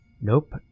Nope